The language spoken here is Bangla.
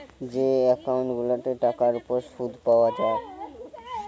যে একউন্ট গুলাতে টাকার উপর শুদ পায়া যায়